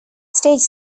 stage